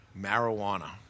Marijuana